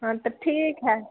हँ तऽ ठीके हय